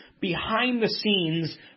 behind-the-scenes